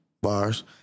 bars